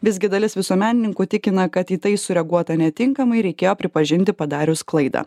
visgi dalis visuomenininkų tikina kad į tai sureaguota netinkamai reikėjo pripažinti padarius klaidą